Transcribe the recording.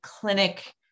clinic